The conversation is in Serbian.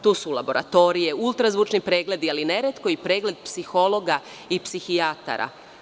To su laboratorije, ultrazvučni pregledi, ali ne retko i pregled psihologa i psihijatara.